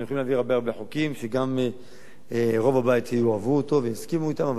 אנחנו יכולים להעביר הרבה חוקים שרוב הבית יאהב אותם ויסכימו אתם,